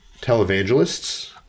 televangelists